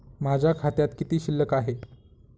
माझ्या खात्यात किती शिल्लक आहे?